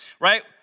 right